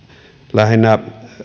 lähinnä